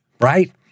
right